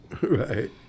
Right